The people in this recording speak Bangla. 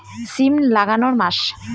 সিম লাগানোর মাস?